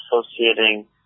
associating